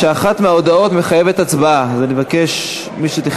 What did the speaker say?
הצעת החוק התקבלה בקריאה טרומית ותועבר